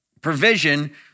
provision